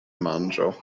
manĝo